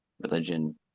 religion